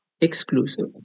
exclusive